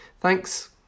Thanks